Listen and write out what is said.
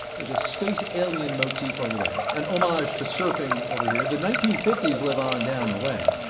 there's a space alien motif over there. an homage to surfing over here. the nineteen fifty s live on down the way.